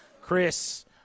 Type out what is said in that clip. Chris